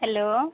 hello